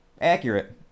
Accurate